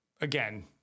again